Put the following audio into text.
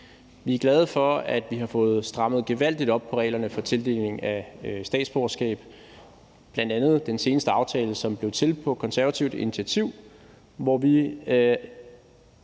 Vi er glade for, at vi har fået strammet gevaldigt op på reglerne for tildeling af statsborgerskab. Det gælder bl.a. den seneste aftale, som blev til på konservativt initiativ, hvor vi